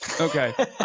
Okay